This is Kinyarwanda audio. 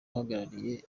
uhagarariye